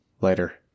later